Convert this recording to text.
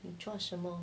你做什么